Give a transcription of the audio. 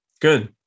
Good